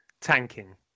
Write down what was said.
tanking